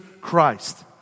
Christ